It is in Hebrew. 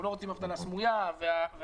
אנחנו לא רוצים אבטלה סמויה והאיזונים